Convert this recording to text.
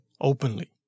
openly